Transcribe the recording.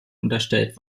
unterstellt